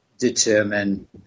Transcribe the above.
determine